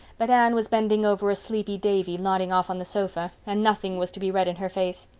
but anne was bending over a sleepy davy nodding on the sofa and nothing was to be read in her face.